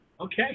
Okay